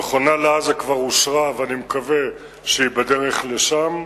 המכונה לעזה כבר אושרה ואני מקווה שהיא בדרך לשם.